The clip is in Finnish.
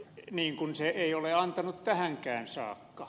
niin kuin se ei ole antanut tähänkään saakka